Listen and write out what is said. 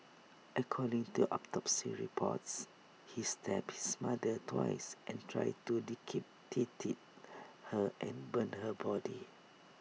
according to autopsy reports he stabbed his mother twice and tried to decapitated her and burn her body